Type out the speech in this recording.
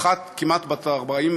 האחת כמעט של 40%,